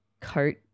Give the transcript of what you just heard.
coat